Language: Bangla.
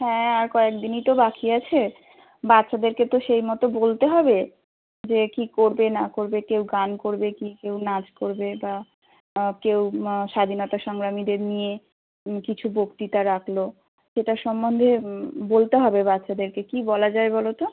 হ্যাঁ আর কয়েক দিনই তো বাকি আছে বাচ্চাদেরকে তো সেই মতো বলতে হবে যে কী করবে না করবে কেউ গান করবে কি কেউ নাচ করবে বা কেউ মা স্বাধীনতা সংগ্রামীদের নিয়ে কিছু বক্তৃতা রাখলো সেটা সম্বন্ধে বলতে হবে বাচ্ছাদেরকে কি বলা যায় বলো তো